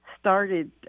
started